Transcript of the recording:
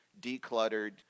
decluttered